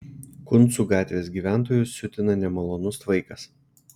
kuncų gatvės gyventojus siutina nemalonus tvaikas